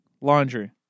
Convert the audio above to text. laundry